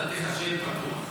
אתה תיכשל בטוח.